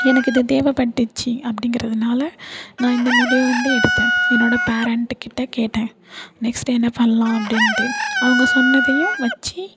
எனக்கு இது தேவைப்பட்டுச்சி அப்படிங்குறதுனால நான் இந்த முடிவை வந்து எடுத்தேன் என்னோடய பேரண்ட்டுக்கிட்ட கேட்டேன் நெக்ஸ்ட் என்ன பண்ணலாம் அப்படின்ட்டு அவங்க சொன்னதையும் வச்சு